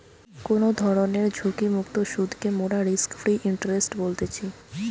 কোনো ধরণের ঝুঁকিমুক্ত সুধকে মোরা রিস্ক ফ্রি ইন্টারেস্ট বলতেছি